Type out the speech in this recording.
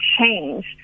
change